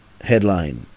headline